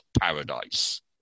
paradise